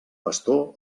pastor